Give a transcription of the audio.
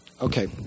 Okay